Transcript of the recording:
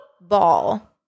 ball